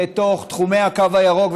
לתוך תחומי הקו הירוק,